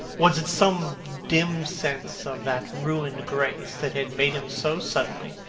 was it some dim sense of that ruined grace that had made him so suddenly,